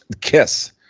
kiss